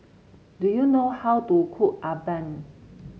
do you know how to cook Appam